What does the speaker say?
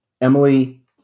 Emily